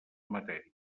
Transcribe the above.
matèria